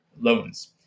loans